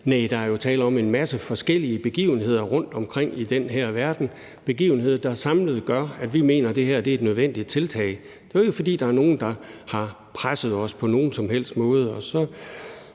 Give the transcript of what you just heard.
Nej, der er jo tale om en masse forskellige begivenheder rundtomkring i den her verden – begivenheder, der samlet gør, at vi mener, at det her er et nødvendigt tiltag. Det er ikke, fordi der er nogen, der har presset os på nogen som helst måde.